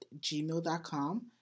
gmail.com